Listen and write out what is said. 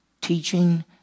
teaching